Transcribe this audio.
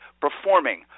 performing